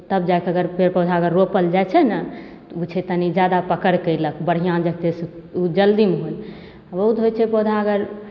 तब जाके अगर पेड़ पौधा अगर रोपल जाइ छै ने तऽ ओ छै तनि जादा पकड़ कएलक बढ़िआँ जतेक ओ जल्दीमे होल बहुत होइ छै पौधा अगर